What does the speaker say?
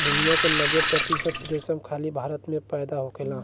दुनिया के नब्बे प्रतिशत रेशम खाली भारत में पैदा होखेला